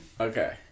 Okay